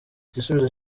igisubizo